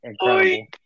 incredible